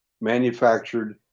manufactured